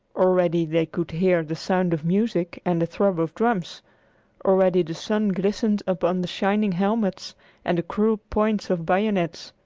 already they could hear the sound of music and the throb of drums already the sun glistened upon the shining helmets and the cruel points of bayonets.